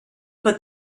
but